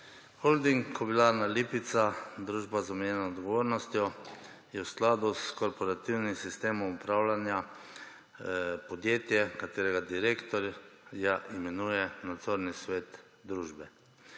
Holding Kobilarna Lipica, družba z omejeno odgovornostjo, je v skladu s korporativnim sistemom upravljanja podjetje, katerega direktorja imenuje nadzorni svet družbe.